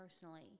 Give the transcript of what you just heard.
personally